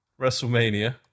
WrestleMania